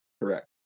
correct